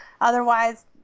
otherwise